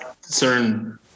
certain